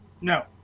No